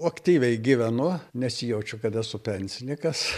aktyviai gyvenu nesijaučiu kad esu pensininkas